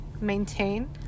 maintain